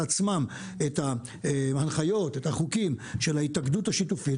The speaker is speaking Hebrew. עצמם את ההנחיות ואת החוקים של ההתאגדות השיתופית,